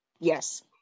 yes